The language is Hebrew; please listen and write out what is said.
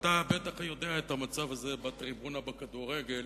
המצב הזה בטריבונה בכדורגל,